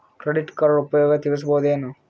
Credit card ಉಪಯೋಗ ತಿಳಸಬಹುದೇನು?